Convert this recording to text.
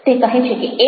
તે કહે છે કે એય